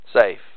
safe